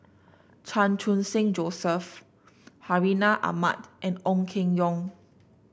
Chan Khun Sing Joseph Hartinah Ahmad and Ong Keng Yong